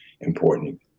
important